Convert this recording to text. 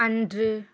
அன்று